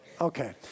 Okay